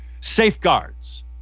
safeguards